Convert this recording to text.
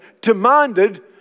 demanded